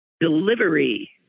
delivery